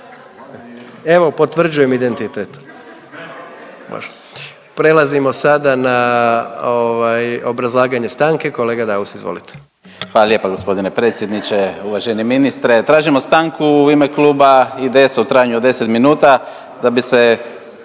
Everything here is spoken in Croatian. Evo potvrđujem identitet. Može. Prelazimo sada na obrazlaganje stanke. Kolega Daus izvolite. **Daus, Emil (IDS)** Hvala lijepa gospodine predsjedniče. Uvaženi ministre tražimo stanku u ime Kluba IDS-a u trajanju od 10 minuta